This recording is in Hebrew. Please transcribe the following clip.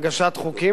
להגשת חוקים,